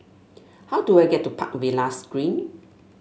how do I get to Park Villas Green